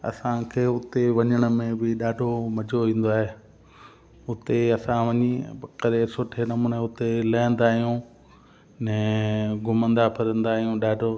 असांखे उते वञण में बि ॾाढो मज़ो ईंदो आहे उते असां वञी करे सुठे नमूने उते लहंदा आहियूं ऐं घुमंदा फिरंदा आहियूं ॾाढो